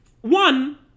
one